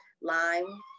lime